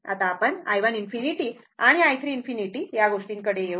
आता आपण i1∞ आणि i3∞ या गोष्टी कडे येऊ